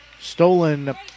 stolen